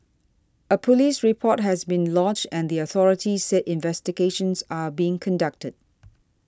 a police report has been lodged and the authorities said investigations are being conducted